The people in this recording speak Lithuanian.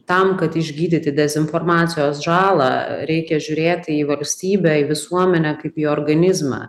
tam kad išgydyti dezinformacijos žalą reikia žiūrėt į valstybę į visuomenę kaip į organizmą